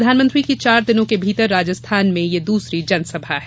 प्रधानमंत्री की चार दिनों के भीतर राजस्थान में यह दूसरी जनसभा है